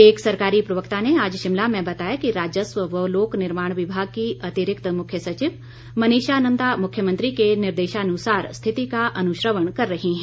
एक सरकारी प्रवक्ता ने आज शिमला में बताया कि राजस्व व लोक निर्माण विभाग की अतिरिक्त मुख्य सचिव मनीषा नंदा मुख्यमंत्री के निर्देश अनुसार स्थिति का अनुश्रवण कर रही हैं